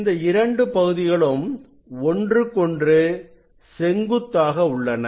இந்த இரண்டு பகுதிகளும் ஒன்றுக்கொன்று செங்குத்தாக உள்ளன